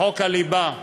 בחוק הליבה,